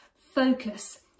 focus